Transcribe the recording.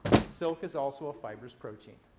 silk is also a fibrous protein.